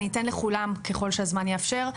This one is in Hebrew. אני אתן לכולם ככל שהזמן יאפשר.